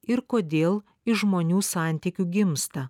ir kodėl iš žmonių santykių gimsta